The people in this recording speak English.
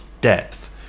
depth